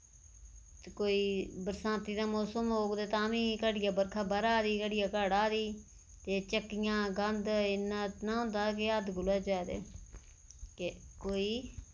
कोई बरसांती दा मौसम होग ते तां बी घड़ियै बरखा बरै दी घड़ियै घटै दी ते चक्कियां गंद इन्ना ना होंदा कि हद्द कोला जैदा कि कोई